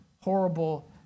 horrible